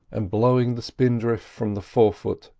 and blowing the spindrift from the forefoot,